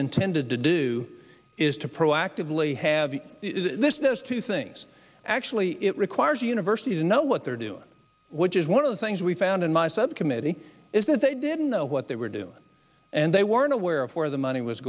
ntended to do is to proactively have this does two things actually it requires universities know what they're doing which is one of the things we found in my subcommittee is that they didn't know what they were doing and they weren't aware of where the money was